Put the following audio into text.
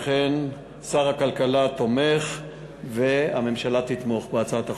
לכן, שר הכלכלה תומך והממשלה תתמוך בהצעת החוק.